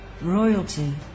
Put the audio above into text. royalty